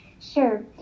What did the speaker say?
sure